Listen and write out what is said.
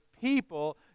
people